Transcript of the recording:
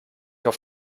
auf